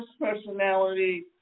personality